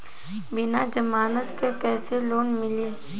बिना जमानत क कइसे लोन मिली?